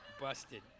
busted